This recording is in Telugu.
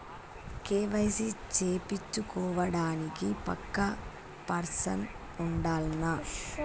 కే.వై.సీ చేపిచ్చుకోవడానికి పక్కా పర్సన్ ఉండాల్నా?